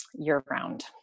year-round